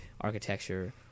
architecture